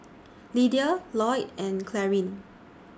Lyda Lloyd and Clarine